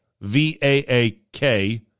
V-A-A-K